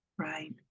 Right